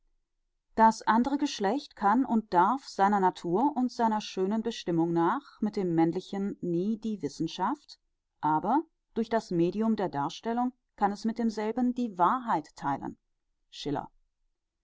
das andre geschlecht kann und darf seiner natur und seiner schönen bestimmung nach mit dem männlichen nie die wissenschaft aber durch das medium der darstellung kann es mit demselben die wahrheit theilen schiller